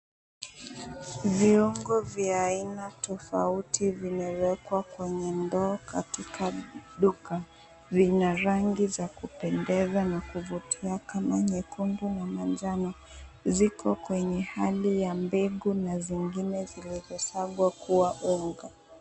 Viongo vya aina tofauti vimewekwa kwenye ndoo katika duka. Vina rangi za kupendeza na kuvutia kama nyekundu na manjano. Ziko kwenye hali ya mbegu na zingine zilizosagwa kuwa unga.